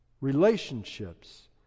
Relationships